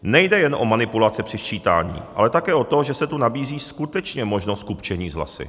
Nejde jen o manipulace při sčítání, ale také o to, že se tu nabízí skutečně možnost kupčení s hlasy.